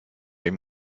ihm